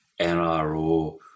NRO